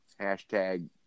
hashtag